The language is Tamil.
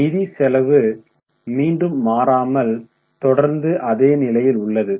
நிதி செலவு மீண்டும் மாறாமல் தொடர்ந்து அதே நிலையில் உள்ளது